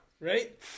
Right